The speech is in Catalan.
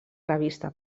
revista